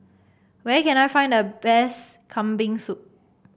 where can I find the best Kambing Soup